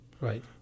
Right